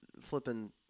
flipping